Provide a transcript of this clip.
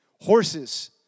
Horses